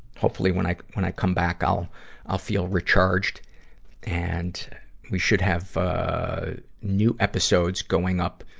hopefully when i, when i come back, i'll i'll feel recharged and we should have, ah, new episodes going up,